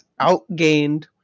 outgained